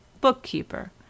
bookkeeper